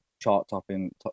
chart-topping